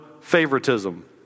favoritism